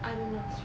I don't know